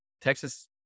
Texas